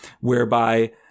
whereby